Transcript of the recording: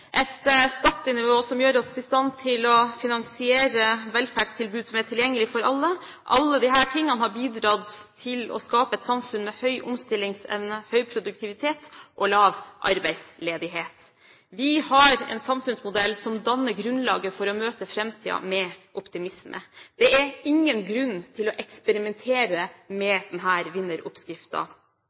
et skattenivå som gjør oss i stand til å finansiere velferdstilbud som er tilgjengelig for alle – alle disse tingene har bidratt til å skape et samfunn med høy omstillingsevne, høy produktivitet og lav arbeidsledighet. Vi har en samfunnsmodell som danner grunnlaget for å møte framtiden med optimisme. Det er ingen grunn til å eksperimentere med denne vinneroppskriften, men vi skal ta vare på, forbedre og fornye den